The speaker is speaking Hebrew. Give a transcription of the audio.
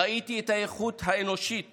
ראיתי את האיכות האנושית